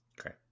Okay